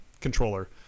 controller